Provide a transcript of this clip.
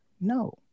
No